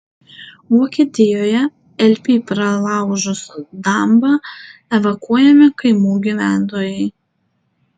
vokietijoje elbei pralaužus dambą evakuojami kaimų gyventojai